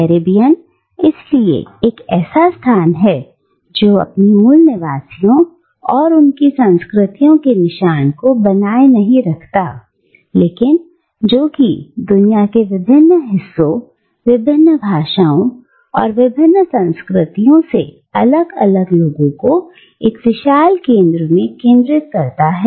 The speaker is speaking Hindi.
कैरेबियन इसलिए एक ऐसा स्थान है जो अपने मूल निवासियों और उनकी संस्कृतियों के निशान को बनाए नहीं रखता है लेकिन जो कि दुनिया के विभिन्न हिस्सों विभिन्न भाषाओं और विभिन्न संस्कृतियों से अलग अलग लोगों को एक विशाल केंद्र में केंद्रित करता है